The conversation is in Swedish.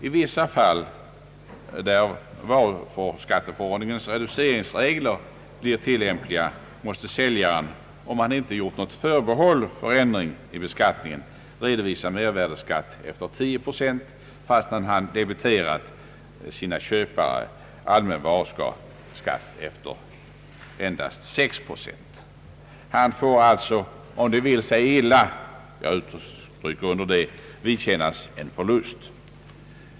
I vissa fall, där varuskatteförordningens reduceringsregler blir tillämpliga, måste säljaren — om han inte gjort något förbehåll för ändring i beskattningen — redovisa mervärdeskatt efter 10 procent trots att han debiterat sina köpare allmän varuskatt efter endast 6 procent. Han får alltså om det vill sig illa — jag understryker det — vidkännas en förlust.